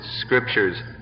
scriptures